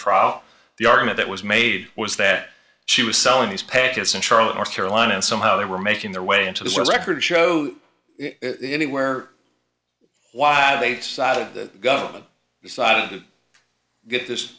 trial the argument that was made was that she was selling these packets in charlotte north carolina and somehow they were making their way into the record show anywhere while they side of the government decided to get this